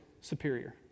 superior